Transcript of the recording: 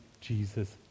Jesus